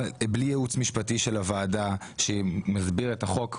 בלי ייעוץ משפטי של הוועדה שמסביר את החוק,